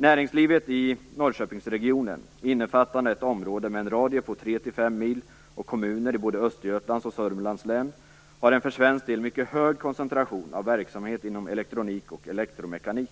Näringslivet i Norrköpingsregionen, innefattande ett område med en radie på tre-fem mil och kommuner i både Östergötlands och Södermanlands län har en för svensk del mycket hög koncentration av verksamhet inom elektronik och elektromekanik.